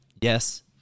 Yes